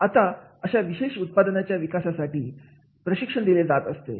आता अशा विशेष उत्पादनाच्या विकासासाठी प्रशिक्षण दिले जात असते